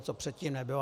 To předtím nebylo.